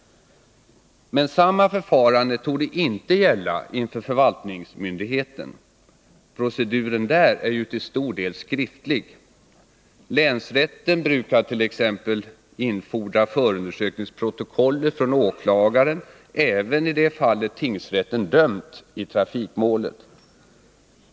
Men samma förfarande torde inte gälla inför förvaltningsmyndigheten. Proceduren där är ju till stor del skriftlig. Länsrätten brukar t.ex. infordra förundersökningsprotokollet från åklagaren även i det fallet tingsrätten dömt i trafikmålet.